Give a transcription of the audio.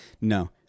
no